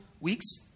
weeks